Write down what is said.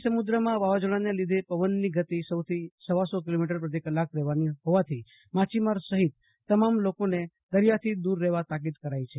અરબી સમુદ્રમાં વાવાઝોડાને લીધે પવનની ગતિ સોથી સવાસો કિલોમીટર પ્રતિ કલાક રહેવાની હોવાથી માછીમાર સહિત તમામ લોકોને દરિયાઈ દૂર રહેવા તાકીદ કરાઈ છે